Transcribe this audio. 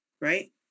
Right